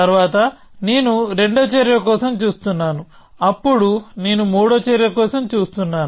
తరువాత నేను రెండవ చర్య కోసం చూస్తున్నాను అప్పుడు నేను మూడవ చర్య కోసం చూస్తున్నాను